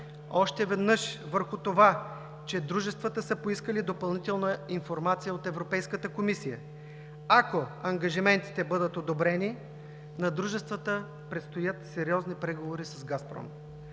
още веднъж върху това, че дружествата са поискали допълнителна информация от Европейската комисия. Ако ангажиментите бъдат одобрени, на дружествата предстоят сериозни преговори с „Газпром“.